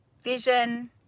vision